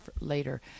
later